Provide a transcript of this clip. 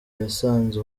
yasanze